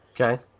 Okay